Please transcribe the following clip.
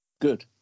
Good